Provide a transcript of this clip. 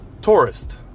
tourist